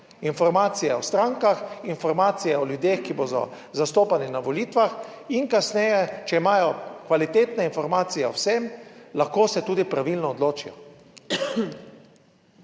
informacije o strankah, informacije o ljudeh, ki bodo zastopani na volitvah in kasneje, če imajo kvalitetne informacije o vsem, lahko se tudi pravilno odločijo.